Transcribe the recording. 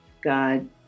God